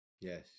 Yes